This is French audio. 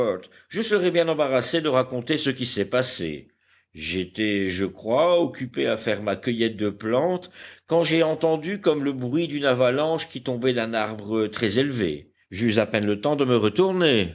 je serais bien embarrassé de raconter ce qui s'est passé j'étais je crois occupé à faire ma cueillette de plantes quand j'ai entendu comme le bruit d'une avalanche qui tombait d'un arbre très élevé j'eus à peine le temps de me retourner